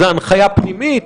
זאת הנחיה פנימית?